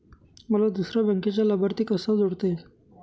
मला दुसऱ्या बँकेचा लाभार्थी कसा जोडता येईल?